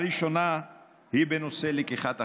הראשון הוא בנושא לקיחת אחריות.